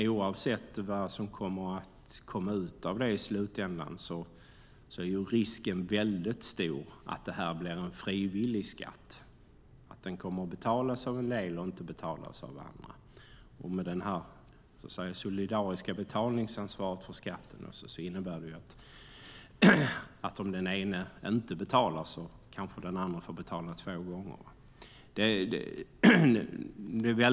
Oavsett vad som kommer ut av detta i slutändan är risken väldigt stor att det blir en frivillig skatt och att den kommer att betalas av en del och inte betalas av andra. Det solidariska betalningsansvaret för skatten innebär att om den ene inte betalar kanske den andre får betala två gånger.